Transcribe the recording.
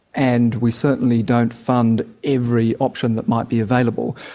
and we certainly don't fund every option that might be available,